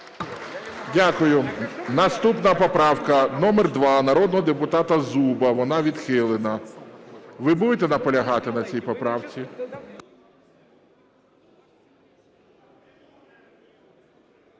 Дякую. Наступна поправка номер 2, народного депутата Зуба. Вона відхилена. Ви будете наполягати на цій поправці?